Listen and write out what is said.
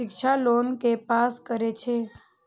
शिक्षा लोन के पास करें छै?